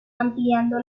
ampliando